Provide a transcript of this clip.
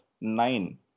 nine